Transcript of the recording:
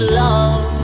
love